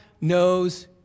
knows